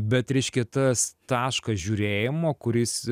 bet reiškia tas taškas žiurėjimo kuris